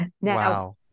Wow